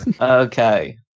Okay